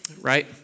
right